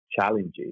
challenges